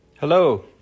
Hello